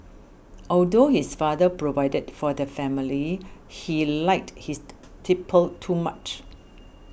although his father provided for the family he liked his tipple too much